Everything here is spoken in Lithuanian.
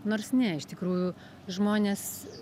nors ne iš tikrųjų žmonės